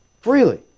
freely